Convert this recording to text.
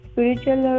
Spiritual